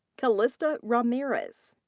calista ramirez.